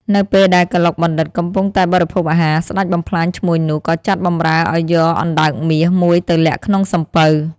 នៅ ពេលដែលកឡុកបណ្ឌិតកំពុងតែបរិភោគអាហារ ស្ដេចបំផ្លាញឈ្មួញនោះ ក៏ចាត់បម្រើឲ្យយកអណ្ដើកមាស មួយទៅលាក់ក្នុងសំពៅ ។